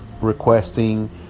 requesting